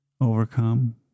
overcome